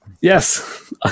Yes